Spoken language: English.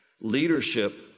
leadership